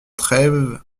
treyve